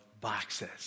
boxes